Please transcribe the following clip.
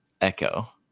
Echo